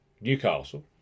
Newcastle